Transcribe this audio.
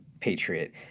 Patriot